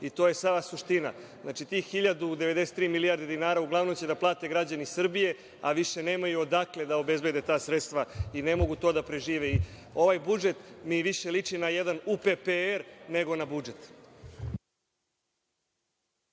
To je sva suština. Znači, tih 1.093 milijarde dinara uglavnom će da plate građani Srbije, a više nemaju odakle da obezbede ta sredstva i ne mogu to da prežive. Ovaj budžet mi više liči na jedan UPPR, nego na budžet.